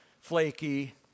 flaky